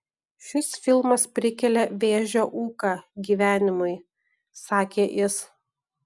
šis filmas prikelia vėžio ūką gyvenimui sakė jis